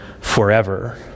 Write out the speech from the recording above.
forever